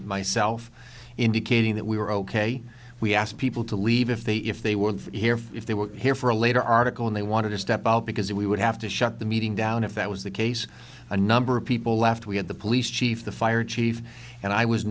myself indicating that we were ok we asked people to leave if they if they were here if they were here for a later article and they wanted to step out because if we would have to shut the meeting down if that was the case a number of people left we had the police chief the fire chief and i was